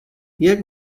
jak